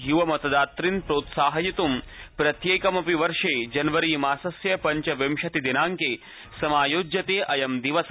युवमतदातृन् प्रोत्साहयितुं प्रत्येकं वर्ष जनवरी मासस्य पञ्चविंशति दिनांके समायोज्यते अयं दिवस